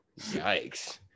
yikes